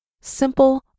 simple